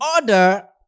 order